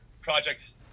projects